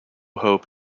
hope